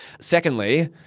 Secondly